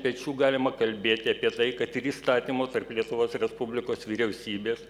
pečių galima kalbėti apie tai kad ir įstatymo tarp lietuvos respublikos vyriausybės